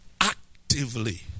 actively